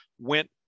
went